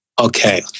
Okay